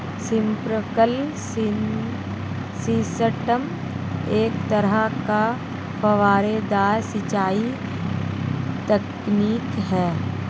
sprinkler system एक तरह का फुहारेदार सिंचाई तकनीक है